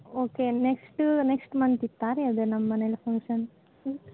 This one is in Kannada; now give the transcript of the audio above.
ಓಕೆ ನೆಕ್ಶ್ಟು ನೆಕ್ಶ್ಟ್ ಮಂತ್ ಇತ್ತು ರೀ ಅದು ನಮ್ಮ ಮನೇಲಿ ಫಂಕ್ಷನ್